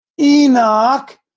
Enoch